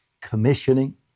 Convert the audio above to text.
commissioning